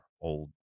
old